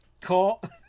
caught